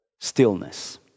stillness